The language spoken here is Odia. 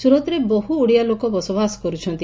ସୁରତରେ ବହୁ ଓଡ଼ିଆ ଲୋକ ବସବାସ କରୁଛନ୍ତି